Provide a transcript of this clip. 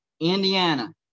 Indiana